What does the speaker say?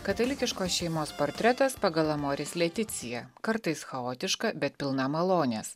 katalikiškos šeimos portretas pagal amoris leticija kartais chaotiška bet pilna malonės